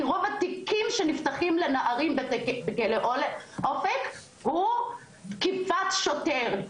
כי רוב התיקים שנפתחים לנערים בכלא אופק הם על תקיפת שוטר.